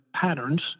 patterns